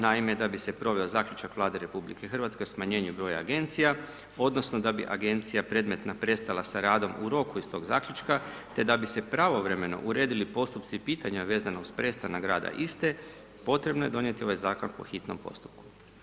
Naime, da bi se proveo zaključak Vlade RH o smanjenju broja Agencija odnosno da bi Agencija predmetna prestala sa radom u roku iz tog zaključka, te da bi se pravovremeno uredili postupci i pitanja vezano uz prestanak rada iste, potrebno je donijeti ovaj Zakon po hitnom postupku.